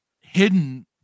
hidden